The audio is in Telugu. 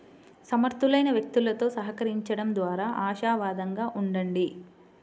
సమర్థులైన వ్యక్తులతో సహకరించండం ద్వారా ఆశావాదంగా ఉండండి